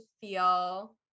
feel